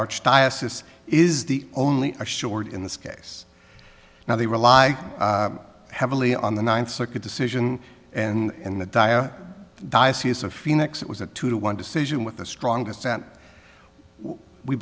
archdiocese is the only assured in this case now they rely heavily on the ninth circuit decision and the daya diocese of phoenix it was a two to one decision with the strongest that we